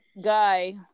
guy